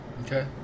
Okay